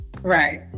Right